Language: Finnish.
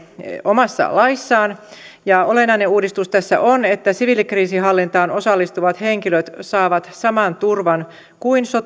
omassa laissaan olennainen uudistus tässä on että siviilikriisinhallintaan osallistuvat henkilöt saavat saman turvan kuin